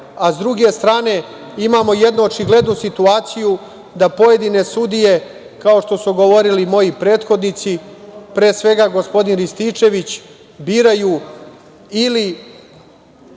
a s druge strane imamo jednu očiglednu situaciju da pojedine sudije, kao što su govorili i moji prethodnici, pre svega gospodin Rističević, biraju ili